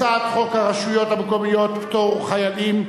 הצעת חוק הרשויות המקומיות (פטור חיילים,